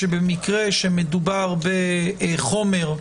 שבמקרה ומדובר בחומר,